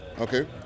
okay